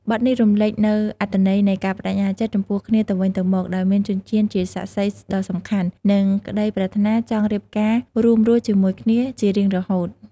បទនេះរំលេចនូវអត្ថន័យនៃការប្តេជ្ញាចិត្តចំពោះគ្នាទៅវិញទៅមក ដោយមានចិញ្ចៀនជាសាក្សីដ៏សំខាន់ និងក្តីប្រាថ្នាចង់រៀបការរួមរស់ជាមួយគ្នាជារៀងរហូត។